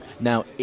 Now